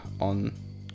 on